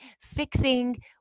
fixing